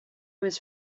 was